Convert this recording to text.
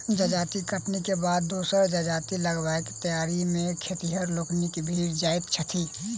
जजाति कटनीक बाद दोसर जजाति लगयबाक तैयारी मे खेतिहर लोकनि भिड़ जाइत छथि